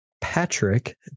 Patrick